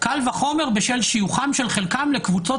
קל וחומר בשל שיוכם של חלקם לקבוצות